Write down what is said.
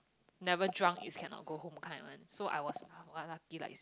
never drunk is cannot go home kind one so I was !wah! lucky like